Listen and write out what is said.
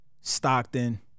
Stockton